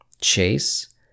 Chase